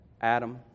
Adam